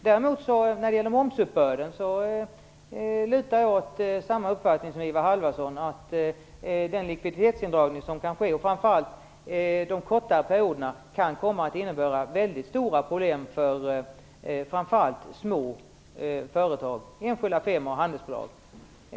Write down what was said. Däremot lutar jag när det gäller momsuppbörden åt samma uppfattning som Isa Halvarsson, att den likviditetsindragning som kan ske under framför allt de kortare perioderna kan komma att medföra väldigt stora problem, speciellt för små företag, enskilda firmor och handelsbolag.